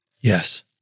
Yes